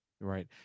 right